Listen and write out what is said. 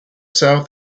south